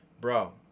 bro